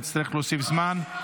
אחרת נצטרך להוסיף זמן.